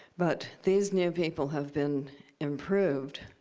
but these new people have been improved.